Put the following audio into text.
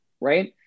Right